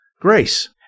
Grace